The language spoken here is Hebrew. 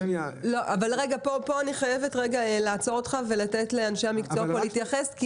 פה אני חייבת לעצור אותך ולתת לאנשי המקצוע פה להתייחס כי